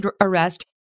arrest